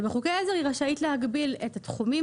כאשר בחוקי עזר היא רשאית להגביל את התחומים